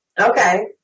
Okay